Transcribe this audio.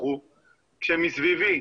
כשמסביבי,